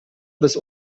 bis